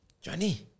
Johnny